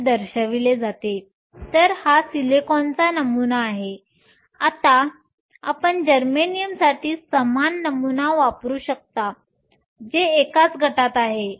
तर हा सिलिकॉनचा नमुना आहे आपण जर्मेनियमसाठी समान नमुना वापरू शकता जे एकाच गटात आहे